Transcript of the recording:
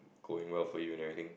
going well for you and everything